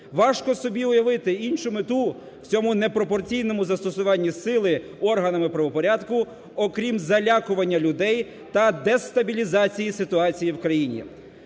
Важко собі уявити іншу мету в цьому непропорційному застосуванні сили органами правопорядку, окрім залякування людей та дестабілізації ситуації в країні.